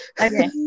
Okay